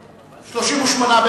38,